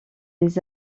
les